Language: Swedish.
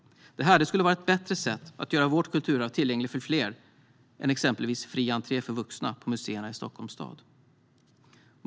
Det skulle vara ett bättre sätt att göra vårt kulturarv tillgängligt för fler än exempelvis fri entré för vuxna på museerna i Stockholm stad.